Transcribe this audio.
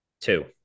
Two